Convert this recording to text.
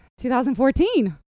2014